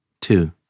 Two